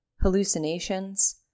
hallucinations